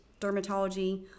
dermatology